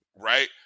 right